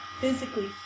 physically